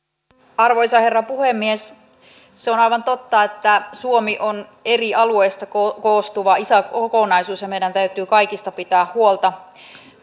arvoisa herra puhemies on aivan totta että suomi on eri alueista koostuva iso kokonaisuus ja meidän täytyy kaikista pitää huolta